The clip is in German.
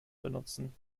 benutzen